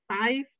five